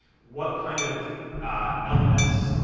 what kind of elements